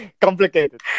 Complicated